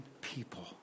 people